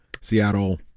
Seattle